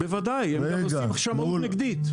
בוודאי, הם גם עושים שמאות נגדית.